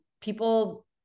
people